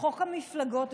חוק המפלגות,